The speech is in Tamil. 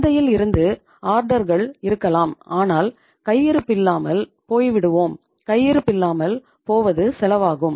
சந்தையில் இருந்து ஆர்டர்கள் இருக்கலாம் ஆனால் கையிருப்பில்லாமல் போய்விடுவோம் கையிருப்பில்லாமல் போவதும் செலவாகும்